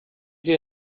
wir